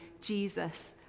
Jesus